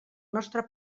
nostre